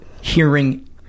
hearing